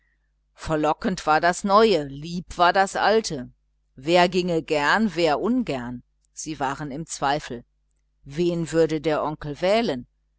verlockend war das neue lieb war das alte wer ginge gern wer ungern sie waren zweifelhaft wen würde der onkel wählen